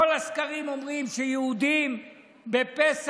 כל הסקרים אומרים שיהודים בפסח,